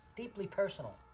deeply personal.